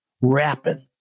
rapping